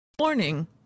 Morning